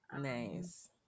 Nice